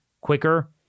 quicker